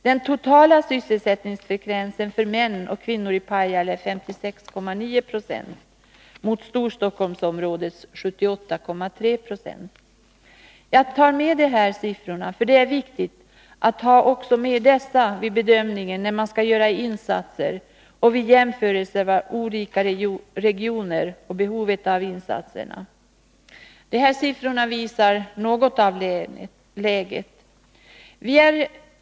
Den totala sysselsättningsfrekvensen för män och kvinnor i Pajala är 56,9 260 mot Storstockholmsområdets 78,3 90. Jag tar med de här siffrorna, eftersom det är viktigt att ha med dem vid bedömningen när man skall göra insatser och vid jämförelser mellan olika regioner och deras behov av insatser. Siffrorna visar något av läget.